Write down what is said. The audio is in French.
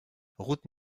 route